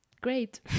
great